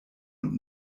und